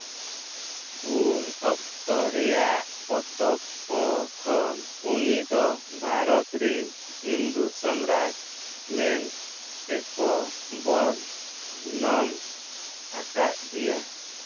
ᱩᱱ ᱚᱠᱛᱚ ᱨᱮᱭᱟᱜ ᱯᱚᱛᱚᱵᱽ ᱠᱚ ᱠᱷᱚᱱ ᱩᱱᱤ ᱫᱚ ᱵᱷᱟᱨᱚᱛ ᱨᱮᱱ ᱦᱤᱱᱫᱩ ᱥᱚᱢᱨᱟᱴ ᱢᱮᱱ ᱛᱮᱠᱚ ᱵᱚᱨᱱᱚᱢ ᱟᱠᱟᱫᱮᱭᱟ